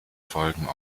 folgten